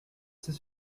sait